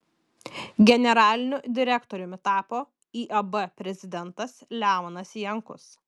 generaliniu direktoriumi tapo iab prezidentas leonas jankus